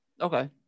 Okay